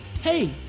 Hey